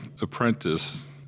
apprentice